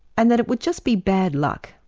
and that it would just be bad luck,